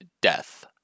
death